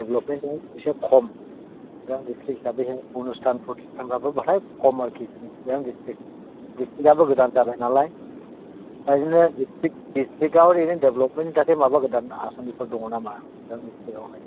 देभेल'पमेन्टआ ऐसे खम चिरां दिस्ट्रिक्ट हिसाबैहाय अनुस्थान फ्रथिस्थानफ्राबो एसे खम आरोखि चिरां दिस्ट्रिक्टआबो गोदान जाबाय नालाय दा बिदिनो दिस्ट्रिक्टआव ओरैनो देभेल'पमेन्टनि थाखाय माबा गोदान आस'निफोर दङ नामा चिरां दिस्ट्रिक्टावहाय